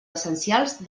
essencials